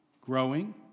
growing